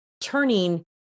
turning